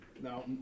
Now